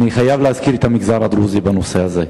אני חייב להזכיר את המגזר הדרוזי בנושא הזה.